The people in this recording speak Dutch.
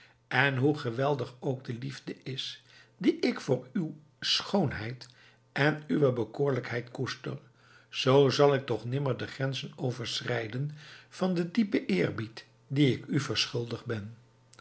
en hoe geweldig ook de liefde is die ik voor uw schoonheid en uwe bekoorlijkheid koester zoo zal ik toch nimmer de grenzen overschrijden van den diepen eerbied dien ik u verschuldigd ben